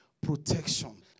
protection